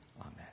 amen